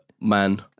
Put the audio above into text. man